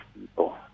people